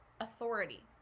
authority